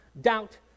doubt